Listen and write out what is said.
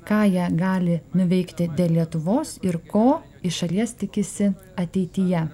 ką jie gali nuveikti dėl lietuvos ir ko iš šalies tikisi ateityje